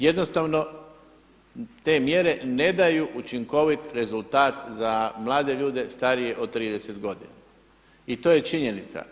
Jednostavno te mjere ne daju učinkovit rezultat za mlade ljude starije od 30 godina i to je činjenica.